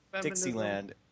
Dixieland